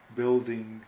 building